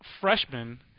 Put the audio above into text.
freshman